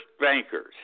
bankers